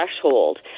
threshold